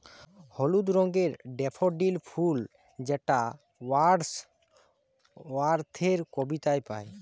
হলুদ রঙের ডেফোডিল ফুল যেটা ওয়ার্ডস ওয়ার্থের কবিতায় পাই